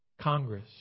Congress